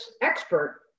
expert